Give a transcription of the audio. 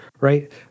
right